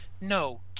No